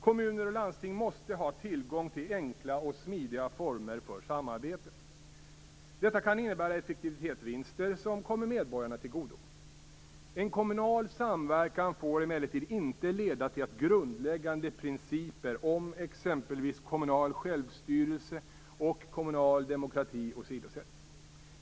Kommuner och landsting måste ha tillgång till enkla och smidiga former för samarbete. Detta kan innebära effektivitetsvinster som kommer medborgarna till godo. En kommunal samverkan får emellertid inte leda till att grundläggande principen om exempelvis kommunal självstyrelse och kommunal demokrati åsidosätts.